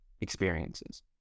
experiences